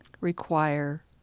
require